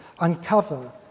uncover